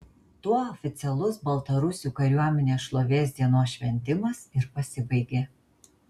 tuo oficialus baltarusių kariuomenės šlovės dienos šventimas ir pasibaigė